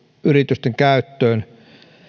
yritysten käyttöön